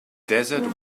desert